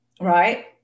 right